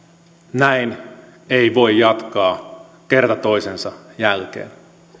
näin ei voi jatkaa kerta toisensa jälkeen